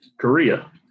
Korea